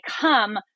come